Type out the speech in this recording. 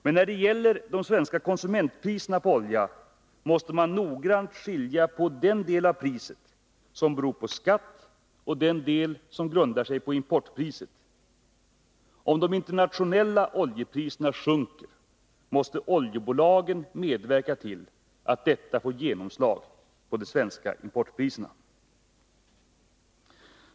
Men när det gäller de svenska konsumentpriserna på olja, måste man noggrant skilja på den del av priset som beror på skatt och den del som grundar sig på importpriset. Om de internationella oljepriserna sjunker måste oljebolagen medverka till att detta får genomslag på de svenska importpriserna.